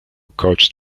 coach